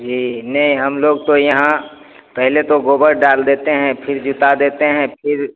जी ने हम लोग तो यहाँ पहले तो गोबर डाल देते हैं फिर जोता देते हैं फिर